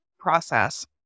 process